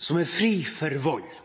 som er fri for vold.